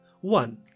one